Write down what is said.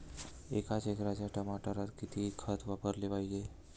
एका एकराच्या टमाटरात किती खत वापराले पायजे?